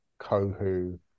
Kohu